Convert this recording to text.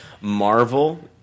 Marvel